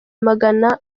magana